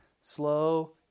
slow